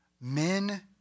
men